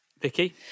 Vicky